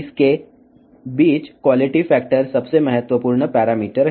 ఈ లక్షణాలలో నాణ్యత కారకం అనేది అత్యంత క్లిష్టమైన లక్షణం